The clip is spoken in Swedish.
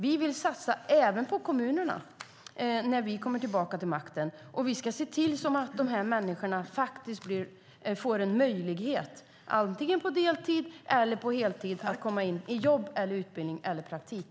Vi vill satsa även på kommunerna när vi kommer tillbaka till makten. Och vi ska se till att de här människorna faktiskt får en möjlighet, antingen på deltid eller på heltid, att komma in i jobb, utbildning eller praktik.